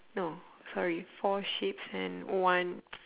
no sorry four sheeps and one